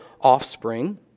offspring